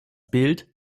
bild